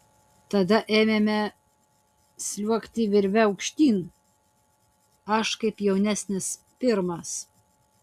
tada ėmėme sliuogti virve aukštyn aš kaip jaunesnis pirmas